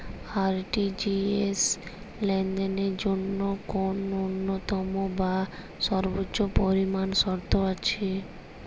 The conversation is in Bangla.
আর.টি.জি.এস লেনদেনের জন্য কোন ন্যূনতম বা সর্বোচ্চ পরিমাণ শর্ত আছে?